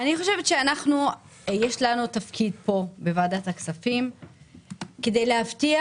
אני חושבת שיש לנו תפקיד פה בוועדת הכספים כדי להבטיח